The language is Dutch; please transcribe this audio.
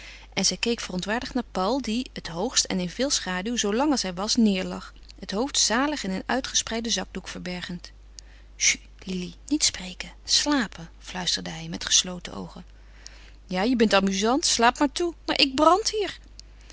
en zij keek verontwaardigd naar paul die het hoogst en in veel schaduw zoo lang als hij was neêrlag het hoofd zalig in een uitgespreiden zakdoek verbergend chut lili niet spreken slapen fluisterde hij met gesloten oogen ja je bent amuzant slaap maar toe maar ik brand hier